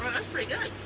that's pretty good!